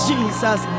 Jesus